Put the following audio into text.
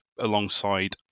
alongside